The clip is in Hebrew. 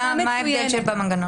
מה ההבדל במנגנון?